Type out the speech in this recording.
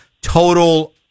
total